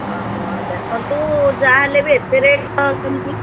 ହଁ ଦେଖନ୍ତୁ ଯାହା ହେଲେବି ଏତେ ରେଟ୍ ତ ସେମତି